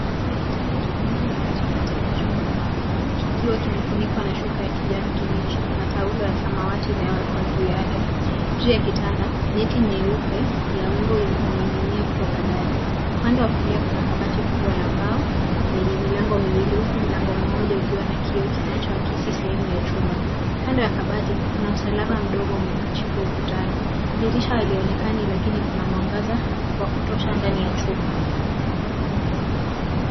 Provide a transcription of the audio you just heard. Kuna kitanda kimoja katikati ya chumba, kikiwa kimefunikwa na shuka ya kijani kibichi na taulo ya samawati imewekwa juu yake. Juu ya kitanda , neti nyeupe ya mbu imening'inia kutoka dari. Upande wa kulia kuna kabati kubwa la mbao, lenye milango miwili huku mlango mmoja ukiwa na kioo kinachoakisi sehemu ya chumba. Kando ya kabati kuna msalaba mdogo umepachikwa ukutani. Dirisha halionekani lakini kuna mwangaza wa kutosha ndani ya chumba.